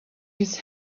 his